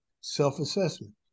self-assessment